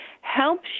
helps